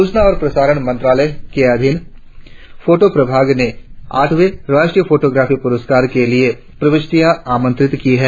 सूचना और प्रसारण मंत्रालय के अधीन फोटों प्रभाग ने आठवें राष्ट्रीय फोटोग्राफी पुरस्कारों के लिए प्रविष्टियां आमंत्रित की हैं